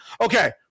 okay